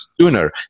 sooner